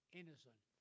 innocent